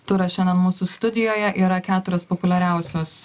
turą šiandien mūsų studijoje yra keturios populiariausios